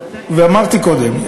ואמרתי קודם,